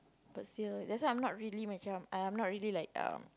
but still that's why I'm not really macam uh not really like um